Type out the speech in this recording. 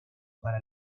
para